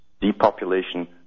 depopulation